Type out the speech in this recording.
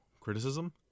criticism